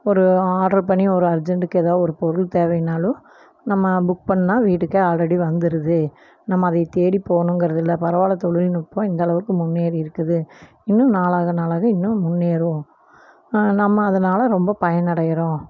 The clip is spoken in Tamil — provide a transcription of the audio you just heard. ஒரு ஆர்டரு பண்ணி ஒரு அர்ஜெண்ட்டுக்கு ஏதாவது ஒரு பொருள் தேவைன்னாலும் நம்ம புக் பண்ணால் வீட்டுக்கு ஆல்ரெடி வந்துடுது நம்ம அதையை தேடி போகணுங்கிறது இல்லை பரவாயில்ல தொழில்நுட்பம் இந்த அளவுக்கு முன்னேறி இருக்குது இன்னும் நாளாக நாளாக இன்னும் முன்னேறும் நம்ம அதனால் ரொம்ப பயனடைகிறோம்